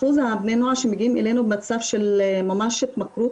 אחוז בני הנוער שמגיעים אלינו במצב של ממש התמכרות